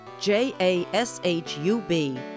J-A-S-H-U-B